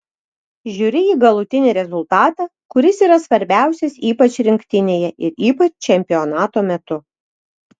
žiūri į galutinį rezultatą kuris yra svarbiausias ypač rinktinėje ir ypač čempionato metu